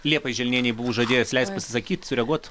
liepai želnienei buvau žadėjęs leist pasisakyt sureaguot